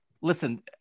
listen